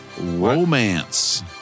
Romance